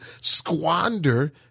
squander